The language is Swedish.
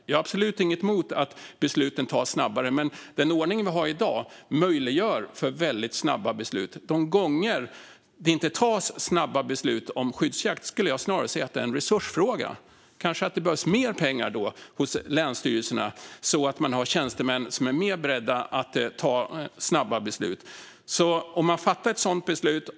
Jag har ingenting emot att besluten tas snabbare, men den ordning vi har i dag möjliggör för väldigt snabba beslut. De gånger det inte tas snabba beslut om skyddsjakt handlar det snarare om en resursfråga, skulle jag säga. Kanske behöver länsstyrelserna mer pengar, för att man ska ha tjänstemän som är mer beredda att ta snabba beslut?